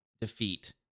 defeat